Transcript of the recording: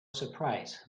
surprise